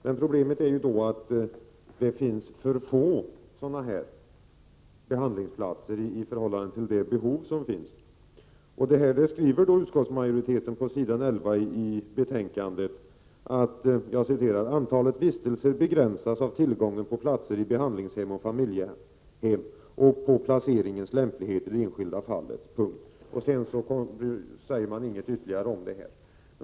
Men problemet är då att det finns för få sådana behandlingsplatser i förhållande till det behov som finns. Utskottsmajoriteten beskriver det på s. 11 i betänkandet: ”Antalet vistelser begränsas av tillgången på platser i behandlingshem och familjehem och på placeringens lämplighet i det enskilda fallet.” Något ytterligare säger man inte om det.